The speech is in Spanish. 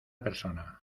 persona